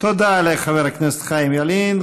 תודה לחבר הכנסת חיים ילין.